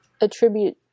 attribute